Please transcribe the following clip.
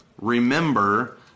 remember